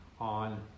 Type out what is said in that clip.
on